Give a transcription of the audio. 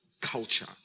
Culture